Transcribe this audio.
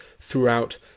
throughout